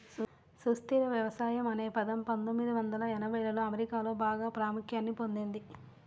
సుస్థిర వ్యవసాయం అనే పదం పందొమ్మిది వందల ఎనభైలలో అమెరికాలో బాగా ప్రాముఖ్యాన్ని పొందింది